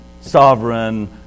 Sovereign